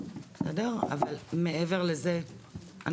אבל מעבר לזה,